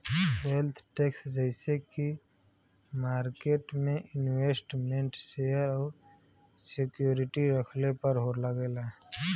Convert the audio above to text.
wealth tax जइसे की market में इन्वेस्टमेन्ट शेयर और सिक्योरिटी रखले पर लगेला